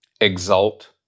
exult